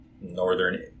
northern